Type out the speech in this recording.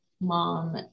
mom